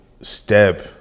step